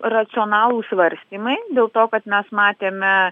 racionalūs svarstymai dėl to kad mes matėme